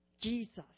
Jesus